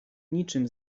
niczym